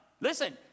Listen